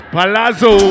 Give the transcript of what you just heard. Palazzo